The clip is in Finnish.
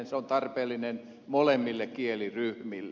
se on tarpeellinen molemmille kieliryhmille